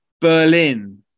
Berlin